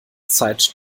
zeit